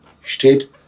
steht